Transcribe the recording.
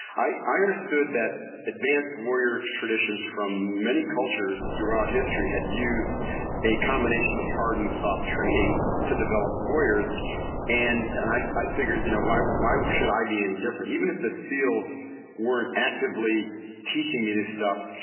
i i understood that advanced warrior traditions from many cultures throughout history had used a combination of hard and soft training to develop warriors and and i i figured you know why why should i be any different? even if the seals weren't actively teaching me this stuff,